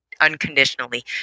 unconditionally